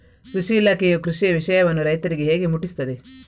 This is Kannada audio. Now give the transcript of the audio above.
ಕೃಷಿ ಇಲಾಖೆಯು ಕೃಷಿಯ ವಿಷಯವನ್ನು ರೈತರಿಗೆ ಹೇಗೆ ಮುಟ್ಟಿಸ್ತದೆ?